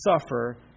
suffer